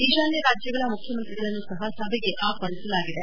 ಈಶಾನ್ಯ ರಾಜ್ಲಗಳ ಮುಖ್ಯಮಂತ್ರಿಗಳನ್ನೂ ಸಹ ಸಭೆಗೆ ಆಹ್ವಾನಿಸಲಾಗಿದೆ